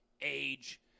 Age